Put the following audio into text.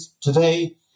Today